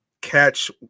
catch